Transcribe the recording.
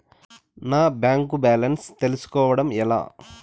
నా bank balance తెలుస్కోవడం ఎలా?